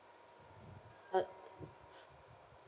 uh